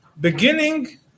beginning